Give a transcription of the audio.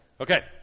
Okay